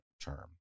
term